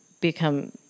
become